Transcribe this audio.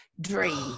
dream